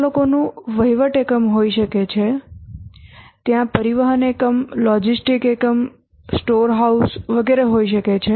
સંચાલકોનું વહીવટ એકમ હોઈ શકે છે ત્યાં પરિવહન એકમ લોજિસ્ટિક એકમો સ્ટોર હાઉસ વગેરે હોઈ શકે છે